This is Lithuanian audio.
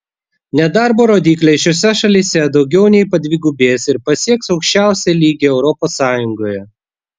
nedarbo rodikliai šiose šalyse daugiau nei padvigubės ir pasieks aukščiausią lygį europos sąjungoje